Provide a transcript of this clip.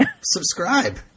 Subscribe